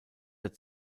der